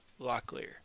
Locklear